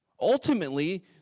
Ultimately